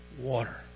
water